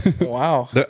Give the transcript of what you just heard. Wow